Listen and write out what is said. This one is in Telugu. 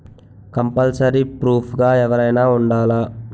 కంపల్సరీ ప్రూఫ్ గా ఎవరైనా ఉండాలా?